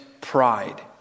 pride